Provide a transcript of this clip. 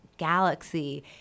galaxy